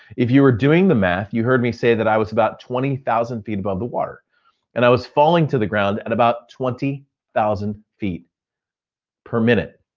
if you were doing the math, you heard me say that i was about twenty thousand feet above the water and i was falling to the ground at about twenty thousand feet per minute.